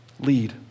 lead